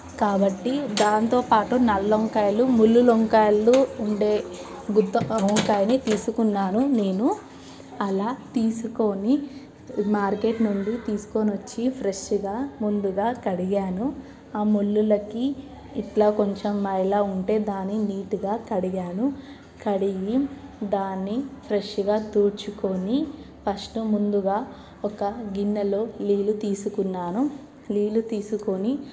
కాబట్టి దాంతో పాటు నల్ల వంకాయలు ముల్లు వంకాయలు ఉండే గుత్తి వంకాయని తీసుకున్నాను నేను అలా తీసుకొని మార్కెట్ నుండి తీసుకొని వచ్చి ఫ్రెష్గా ముందుగా కడిగాను ఆ ముళ్ళకి ఇట్లా కొంచెం మైల ఉంటే దాని నీటుగా కడిగాను కడిగి దాన్ని ఫ్రెష్గా తూడుచుకొని ఫస్ట్ ముందుగా ఒక గిన్నెలో నీళ్ళు తీసుకున్నాను నీళ్ళు తీసుకొని